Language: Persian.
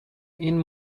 این